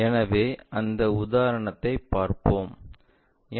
எனவே அந்த உதாரணத்தைப் பார்ப்போம்